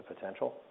potential